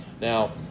Now